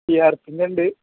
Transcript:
T R എസിന്റെ ഉണ്ട്